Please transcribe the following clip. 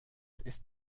ist